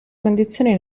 condizioni